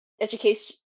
education